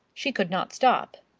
she could not stop.